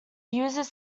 uses